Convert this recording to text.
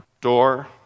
door